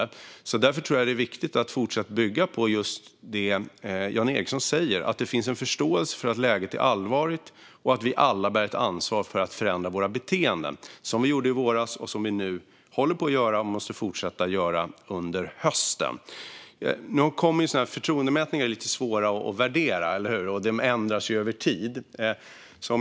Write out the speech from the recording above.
Jag tror därför att det är viktigt att fortsätta bygga på just det som Jan Ericson säger, nämligen att det finns en förståelse för att läget är allvarligt och att vi alla bär ett ansvar för att förändra våra beteenden. Vi gjorde det i våras, och vi håller på att och måste fortsätta göra det nu under hösten. Förtroendemätningar är lite svåra att värdera, eller hur? De ändrar sig också över tid.